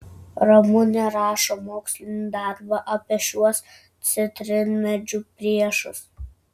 ramunė rašo mokslinį darbą apie šiuos citrinmedžių priešus